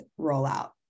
rollout